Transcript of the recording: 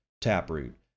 Taproot